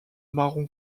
marron